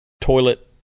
toilet